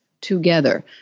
together